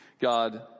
God